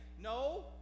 No